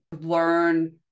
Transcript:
learn